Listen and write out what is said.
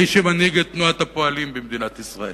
האיש שמנהיג את תנועת הפועלים במדינת ישראל.